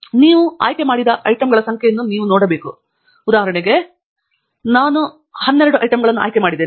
ಆದ್ದರಿಂದ ನೀವು ಆಯ್ಕೆ ಮಾಡಿದ ಐಟಂಗಳ ಸಂಖ್ಯೆಯನ್ನು ನೀವು ನೋಡಬೇಕು ನನ್ನ ವಿಷಯದಲ್ಲಿ ನಾನು ವಿವರಣೆಗಾಗಿ ಕೇವಲ 12 ಐಟಂಗಳನ್ನು ಆಯ್ಕೆ ಮಾಡಿದ್ದೇನೆ